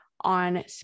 on